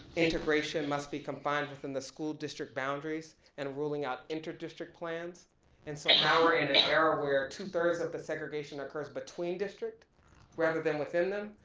integration must be confined within the school district boundaries and ruling out interdistrict plans and so now we're in an era where two thirds of the segregation occurs between district rather than within them.